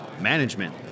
management